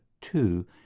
two